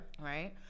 Right